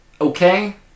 Okay